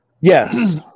Yes